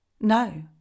No